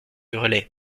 hurlaient